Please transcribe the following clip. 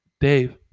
Dave